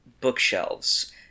bookshelves